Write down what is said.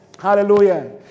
hallelujah